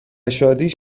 شادیش